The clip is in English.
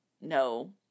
no